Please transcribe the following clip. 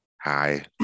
Hi